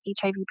HIV